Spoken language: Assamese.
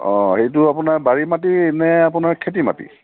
অঁ এইটো আপোনাৰ বাৰী মাটি নে আপোনাৰ খেতি মাটি